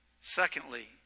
Secondly